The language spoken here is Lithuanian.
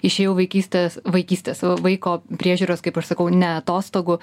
išėjau vaikystės vaikystės vaiko priežiūros kaip aš sakau ne atostogų